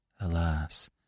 Alas